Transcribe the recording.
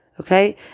Okay